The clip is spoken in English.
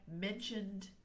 mentioned